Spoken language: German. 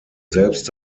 selbst